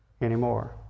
anymore